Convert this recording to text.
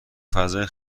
فضای